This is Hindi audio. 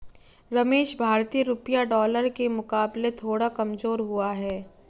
रमेश भारतीय रुपया डॉलर के मुकाबले थोड़ा कमजोर हुआ है